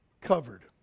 Covered